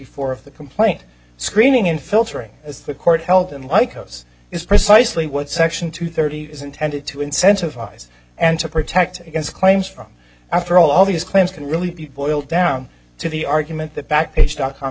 four of the complaint screening in filtering as the court held in lycos is precisely what section two thirty is intended to incentivize and to protect against claims from after all these claims can really people down to the argument that backpage dot com